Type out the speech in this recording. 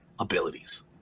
abilities